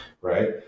Right